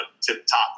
tip-top